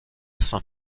saint